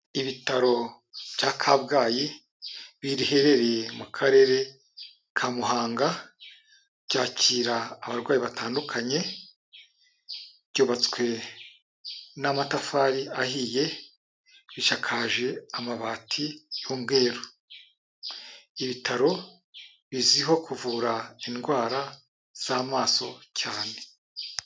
Ibitaro cya Kabgayi, biherereye mu karere ka Muhanga, byakira abarwayi batandukanye, byubatswe n'amatafari ahiye, ishakaje amabati y'umweru, ibitaro bizwiho kuvura indwara z'amaso cyane.